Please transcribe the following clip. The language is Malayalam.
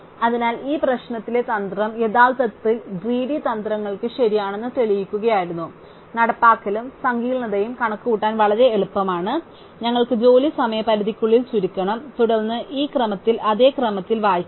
അതിനാൽ ഈ പ്രശ്നത്തിലെ തന്ത്രം യഥാർത്ഥത്തിൽ ഗ്രീഡി തന്ത്രങ്ങൾ ശരിയാണെന്ന് തെളിയിക്കുകയായിരുന്നു നടപ്പാക്കലും സങ്കീർണ്ണതയും കണക്കുകൂട്ടാൻ വളരെ എളുപ്പമാണ് ഞങ്ങൾക്ക് ജോലി സമയപരിധിക്കുള്ളിൽ ചുരുക്കണം തുടർന്ന് ഈ ക്രമത്തിൽ അതേ ക്രമത്തിൽ വായിക്കുക